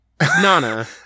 Nana